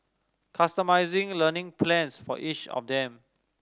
customising learning plans for each of them